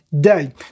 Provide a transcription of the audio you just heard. day